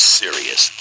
serious